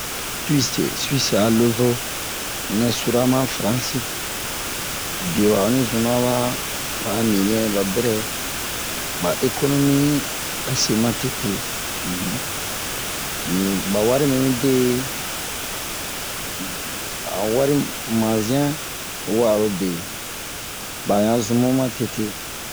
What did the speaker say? Suwisi suwisi a lo-zo nɛ sura ma Faransi biyo un onni zuna ba ba'a ni nɛ ba bɛrɛ ba ekonomi a se ma tete ni ba wari mi mide ba wari mazian wa'arobe ba yan zun mu ma teteSuise suise a lozo nɛ sura ma Faransi biyo un onni zuna ba ba'a ni nɛ ba bɛrɛ ba ekonomi a se ma tete ni ba wari mi mide ba wari mazian wa'arobe ba yan zun mu ma tete